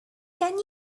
can